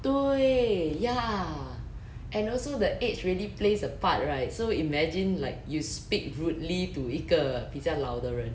对 ya and also the age really plays a part right so imagine like you speak rudely to 一个比较老的人